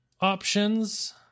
options